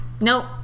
Nope